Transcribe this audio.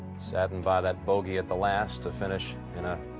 saddened by that bogey at the last to finish and ah